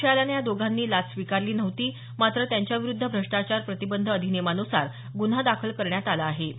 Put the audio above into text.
संशय आल्यानं या दोघांनीही लाच स्वीकारली नव्हती मात्र त्यांच्याविरूध्द भ्रष्टाचार प्रतिबंध अधिनियमानुसार गुन्हा दाखल करण्यात आला आहे